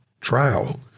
trial